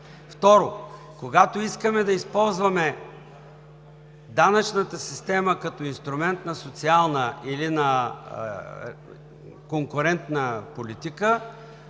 Второ, когато искаме да използваме данъчната система като инструмент на социална или на конкурентна политика,